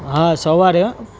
હા સવારે હા